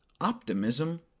optimism